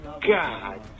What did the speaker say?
God